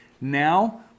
Now